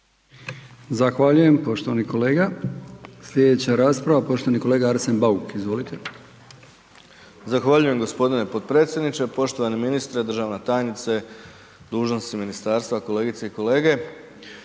Zahvaljujem poštovani kolega. Sljedeća rasprava poštovani kolega Arsen Bauk. Izvolite. **Bauk, Arsen (SDP)** Zahvaljujem gospodine potpredsjedniče. Poštovani ministre, državna tajnice, dužnosnici ministarstva, kolege i kolegice,